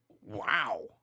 Wow